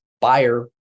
buyer